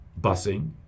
busing